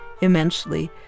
immensely